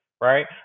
right